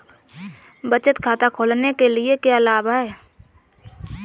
बचत खाता खोलने के क्या लाभ हैं?